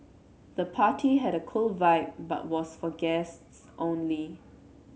the party had a cool vibe but was for guests only